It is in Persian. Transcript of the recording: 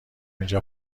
اینجا